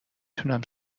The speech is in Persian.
تونم